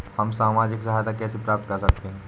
हम सामाजिक सहायता कैसे प्राप्त कर सकते हैं?